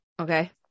Okay